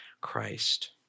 Christ